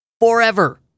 forever